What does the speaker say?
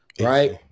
Right